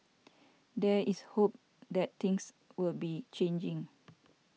there is hope that things will be changing